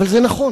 אבל זה נכון.